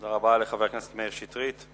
תודה רבה לחבר הכנסת מאיר שטרית.